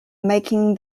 making